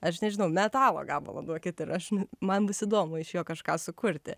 aš nežinau metalo gabalą duokit ir aš man bus įdomu iš jo kažką sukurti